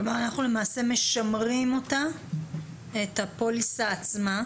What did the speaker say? כלומר אנחנו למעשה משמרים אותה, את הפוליסה עצמה,